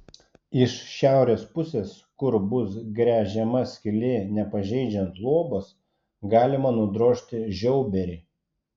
iš šiaurės pusės kur bus gręžiama skylė nepažeidžiant luobos galima nudrožti žiauberį